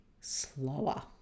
slower